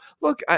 look